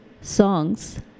Songs